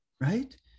right